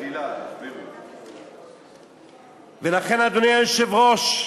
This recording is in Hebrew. מחילה, ולכן, אדוני היושב-ראש,